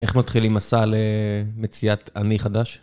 איך נתחיל עם מסע למציאת אני חדש?